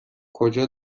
کجا